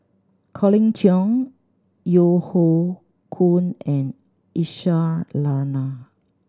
Colin Cheong Yeo Hoe Koon and Aisyah Lyana